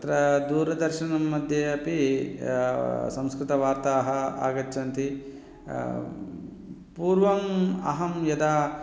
तत्र दूरदर्शनम्मध्ये अपि संस्कृतवार्ताः आगच्छन्ति पूर्वम् अहं यदा